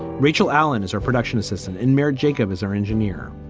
rachel allen is our production assistant and mayor jacob is our engineer.